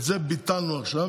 את זה ביטלנו עכשיו,